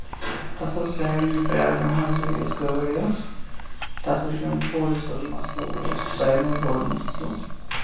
تَتھ ٲس گاڑِ یہِ پرابلِم حظ زِ یۄس گٲڑۍ ٲس تَتھ وٕچھ مےٚ بوٚڑ یُس تَتھ مَسلہٕ اوس ساروی کھۄتہٕ بوٚڑ مَسلہٕ